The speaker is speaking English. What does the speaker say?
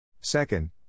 Second